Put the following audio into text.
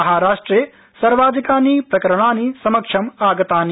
महाराष्ट्रे सर्वाधिकानि प्रकरणानि समक्षम् आगतानि